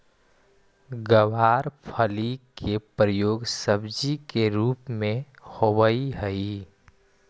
गवारफली के प्रयोग सब्जी के रूप में होवऽ हइ